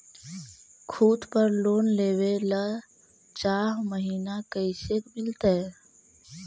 खूत पर लोन लेबे ल चाह महिना कैसे मिलतै?